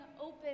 open